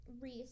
reese